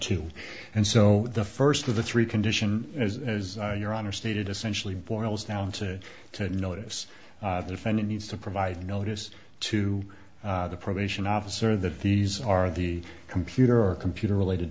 two and so the first of the three condition as your honor stated essentially boils down to to notice the defendant needs to provide notice to the probation officer that these are the computer or computer related